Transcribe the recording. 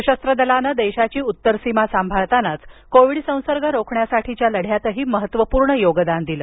सशस्त्र दलानं देशाची उत्तरसीमा सांभाळतानाच कोविड संसर्ग रोखण्यासाठीच्या लढ्यातही महत्त्वपूर्ण योगदान दिलं